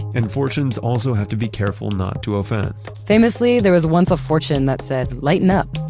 and fortunes also have to be careful not to offend famously, there was once a fortune that said, lighten up.